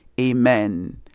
Amen